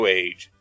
age